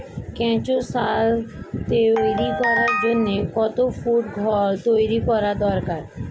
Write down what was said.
কেঁচো সার তৈরি করার জন্য কত ফুট ঘর তৈরি করা দরকার?